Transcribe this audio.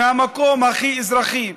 מהמקום הכי אזרחי: